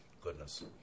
goodness